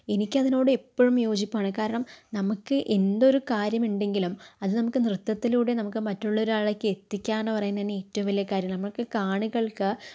എനിക്കതിനോട് എപ്പോഴും യോജിപ്പാണ് കാരണം നമുക്ക് എന്തൊരു കാര്യമുണ്ടെങ്കിലും അത് നമുക്ക് നൃത്തത്തിലൂടെ നമുക്ക് മറ്റുള്ളോരാളിലേക്കെത്തിക്കാന്നു പറയുന്നത് തന്നെ ഏറ്റവും വലിയ കാര്യം നമ്മൾ കാണികൾക്കു